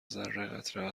ذره٬قطره